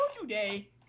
today